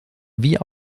wie